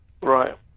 Right